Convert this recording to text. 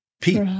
Pete